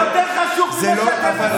זה יותר חשוך ממה שאתם,